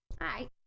hi